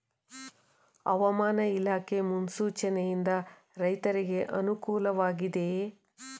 ಹವಾಮಾನ ಇಲಾಖೆ ಮುನ್ಸೂಚನೆ ಯಿಂದ ರೈತರಿಗೆ ಅನುಕೂಲ ವಾಗಿದೆಯೇ?